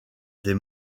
des